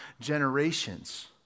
generations